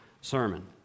sermon